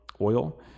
oil